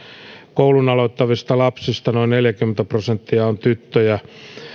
koulun aloittavista lapsista noin neljäkymmentä prosenttia on tyttöjä